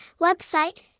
Website